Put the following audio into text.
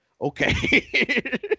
Okay